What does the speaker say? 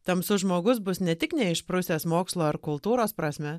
tamsus žmogus bus ne tik neišprusęs mokslo ar kultūros prasme